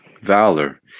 valor